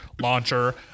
launcher